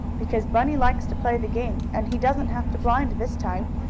because bunny likes to play the game, and he doesn't have to blind this time.